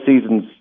seasons